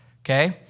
okay